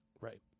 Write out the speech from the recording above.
Right